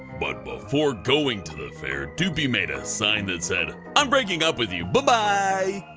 but before going to the fair, doopie made a sign that said, i'm breaking up with you, buh bye!